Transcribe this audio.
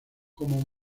como